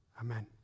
Amen